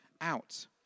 out